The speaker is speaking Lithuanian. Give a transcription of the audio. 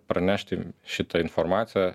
pranešti šitą informaciją